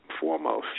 foremost